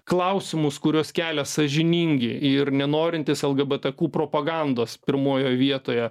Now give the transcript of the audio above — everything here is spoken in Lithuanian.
klausimus kuriuos kelia sąžiningi ir nenorintys lgbtq propagandos pirmojoj vietoje